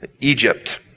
Egypt